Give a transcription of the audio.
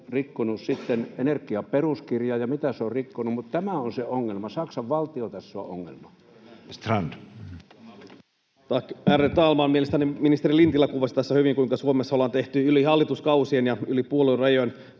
se rikkonut sitten energiaperuskirjaa ja mitä se on rikkonut, mutta tämä on se ongelma. Saksan valtio tässä on ongelma. Edustaja Strand. Tack, ärade talman! Mielestäni ministeri Lintilä kuvasi tässä hyvin, kuinka Suomessa ollaan tehty yli hallituskausien ja yli puoluerajojen